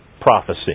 prophecy